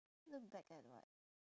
look back at what